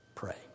Pray